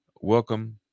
welcome